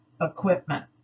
equipment